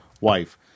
wife